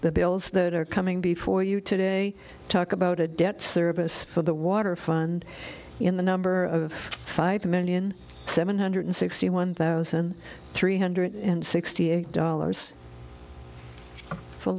the bills that are coming before you today talk about a debt service for the water fund in the number of five million seven hundred sixty one thousand three hundred and sixty eight dollars for